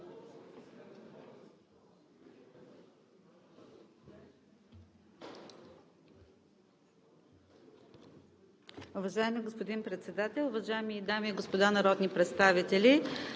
Уважаеми господин Председател, уважаеми дами и господа народни представители!